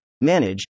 manage